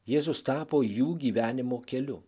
jėzus tapo jų gyvenimo keliu